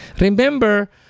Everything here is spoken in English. Remember